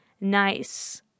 nice